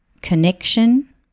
connection